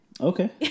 Okay